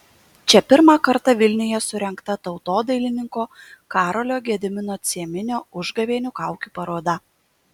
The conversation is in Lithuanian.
čia pirmą kartą vilniuje surengta tautodailininko karolio gedimino cieminio užgavėnių kaukių paroda